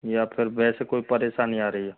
या फिर वैसे कोई परेशानी आ रही है